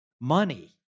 Money